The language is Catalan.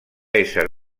ésser